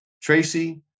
Tracy